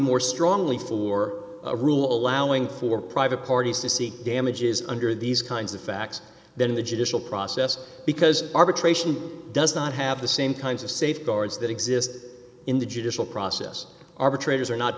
more strongly for a rule allowing for private parties to seek damages under these kinds of facts than in the judicial process because arbitration does not have the same kinds of safeguards that exist in the judicial process arbitrators are not